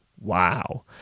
Wow